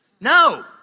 No